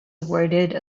awarded